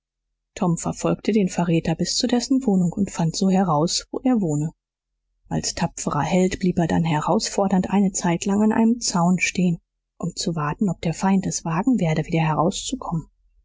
tom verfolgte den verräter bis zu dessen wohnung und fand so heraus wo er wohne als tapferer held blieb er dann herausfordernd eine zeitlang an einem zaun stehen um zu warten ob der feind es wagen werde wieder herauszukommen